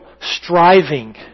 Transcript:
striving